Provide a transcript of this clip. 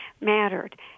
mattered